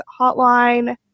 Hotline